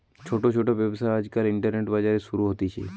ছোট ছোট ব্যবসা আজকাল ইন্টারনেটে, বাজারে শুরু হতিছে